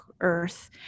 earth